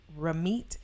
Ramit